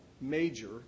major